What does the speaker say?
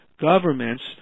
governments